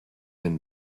been